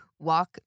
walk